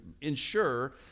ensure